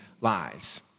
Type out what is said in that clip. lives